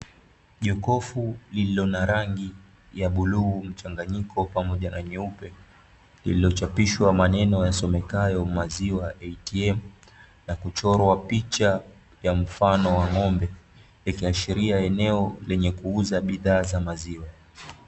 Jokofu lililo na rangi ya bluu mchanganyiko pamoja na nyeupe lililochapishwa maneno yasomekayo "maziwa ATM" na kuchorwa picha ya mfano wa ng'ombe ikiashiria eneo lenye kuuza bidhaa za maziwa.